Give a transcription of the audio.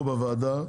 פה בוועדה,